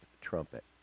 trumpet